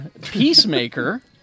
Peacemaker